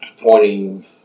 pointing